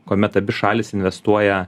kuomet abi šalys investuoja